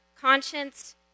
conscience